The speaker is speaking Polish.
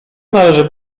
należy